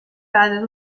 cases